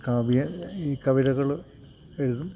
കാവ്യ ഈ കവിതകള് എഴുതും